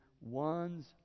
one's